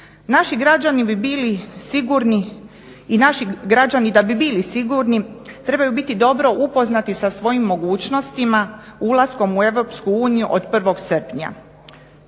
Naši građani bi bili sigurni i naši građani da bi bili sigurni trebaju biti dobro upoznati sa svojim mogućnostima, ulaskom u EU od 1. srpnja.